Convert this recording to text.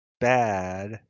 bad